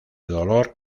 dolor